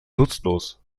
nutzlos